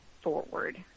forward